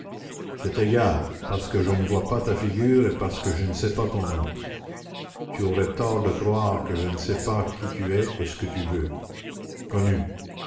c'est égal parce que je ne vois pas ta figure et parce que je ne sais pas ton nom tu aurais tort de croire que je ne sais pas qui tu es et ce que tu veux connu